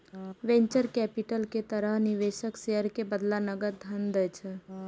venture capital के तहत निवेशक शेयर के बदला नकद धन दै छै